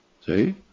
See